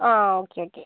ആ okay okay